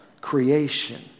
creation